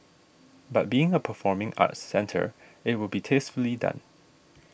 but being a performing arts centre it will be tastefully done